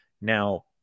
Now